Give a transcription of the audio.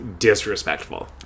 disrespectful